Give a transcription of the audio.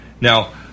Now